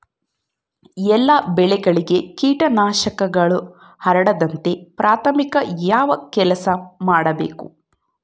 ಎಲ್ಲ ಬೆಳೆಗಳಿಗೆ ಕೇಟನಾಶಕಗಳು ಹರಡದಂತೆ ಪ್ರಾಥಮಿಕ ಯಾವ ಕೆಲಸ ಮಾಡಬೇಕು?